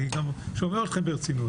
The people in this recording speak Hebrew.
אני גם שומע אתכם ברצינות.